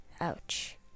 Ouch